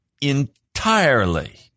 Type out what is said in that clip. entirely